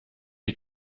die